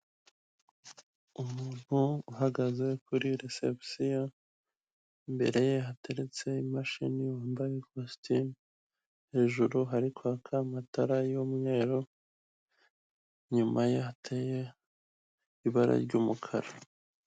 Umuntu uhagaze kuri resebusiyo imbere ye hateretse imashini, wambaye kositimu hejuru hari kwaka amatara y'umweru inyuma ye hateye ibara ry'umukara.